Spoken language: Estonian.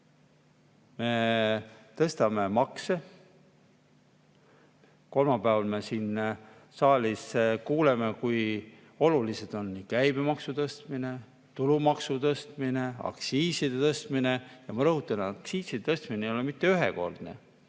Me tõstame makse. Kolmapäeval me siin saalis kuuleme, kui olulised on käibemaksu tõstmine, tulumaksu tõstmine, aktsiiside tõstmine. Ja ma rõhutan: aktsiiside tõstmine ei ole mitte ühekordne,